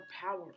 power